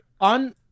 on